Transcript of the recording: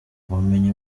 ubumenyi